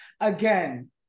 again